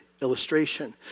illustration